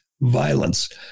violence